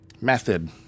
method